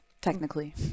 Technically